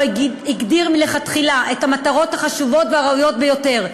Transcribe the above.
הגדיר מלכתחילה את המטרות החשובות והראויות ביותר: